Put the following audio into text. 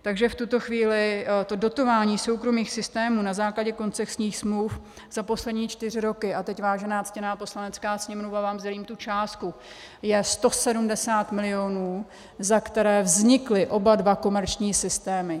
Takže v tuto chvíli to dotování soukromých systémů na základě koncesních smluv za poslední čtyři roky a teď, vážená, ctěná Poslanecká sněmovno, vám sdělím tu částku je 170 milionů, za které vznikly oba dva komerční systémy.